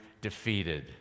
defeated